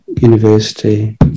university